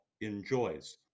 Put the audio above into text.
enjoys